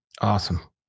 Awesome